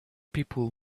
people